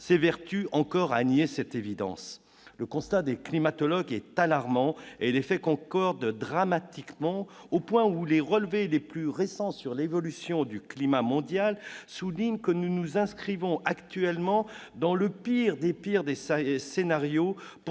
s'évertuent encore à la nier. Le constat des climatologues est alarmant ; les faits concordent dramatiquement, au point que les relevés les plus récents sur l'évolution du climat mondial soulignent que nous nous inscrivons actuellement dans le pire des scénarios